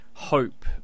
hope